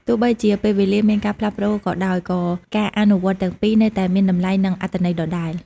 ទោះបីជាពេលវេលាមានការផ្លាស់ប្តូរក៏ដោយក៏ការអនុវត្តន៍ទាំងពីរនៅតែមានតម្លៃ និងអត្ថន័យដដែល។